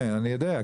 כן, אני יודע.